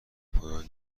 پایان